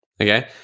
okay